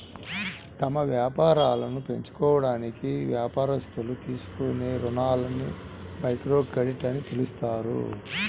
తమ వ్యాపారాలను పెంచుకోవడానికి వ్యాపారస్తులు తీసుకునే రుణాలని మైక్రోక్రెడిట్ అని పిలుస్తారు